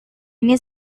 ini